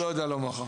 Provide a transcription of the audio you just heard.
לא יודע לומר לך.